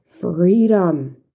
freedom